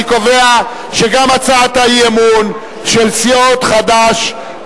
אני קובע שגם הצעת האי-אמון של סיעות חד"ש,